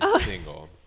single